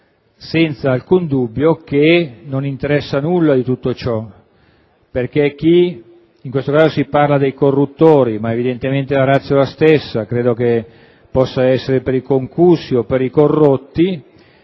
senza alcun dubbio che non interessa nulla di tutto ciò. In questo caso si parla dei corruttori, ma evidentemente la *ratio* è la stessa anche per i concussi o per i corrotti: